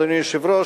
אדוני היושב-ראש,